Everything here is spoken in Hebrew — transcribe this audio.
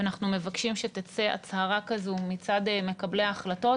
אנחנו מבקשים שתצא הצהרה כזו מצד מקבלי ההחלטות,